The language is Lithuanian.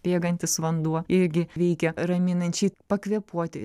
bėgantis vanduo irgi veikia raminančiai pakvėpuoti